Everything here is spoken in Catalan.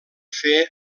fer